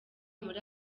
muri